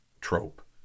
trope